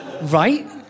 right